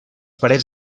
parets